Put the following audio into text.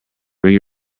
bring